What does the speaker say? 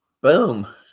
Boom